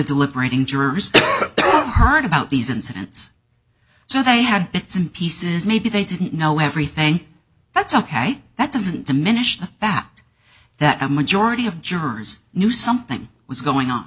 deliberating jurors heard about these incidents so they had bits and pieces maybe they didn't know everything that's ok that doesn't diminish the fact that a majority of jurors knew something was going on